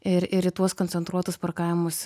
ir ir į tuos koncentruotus parkavimus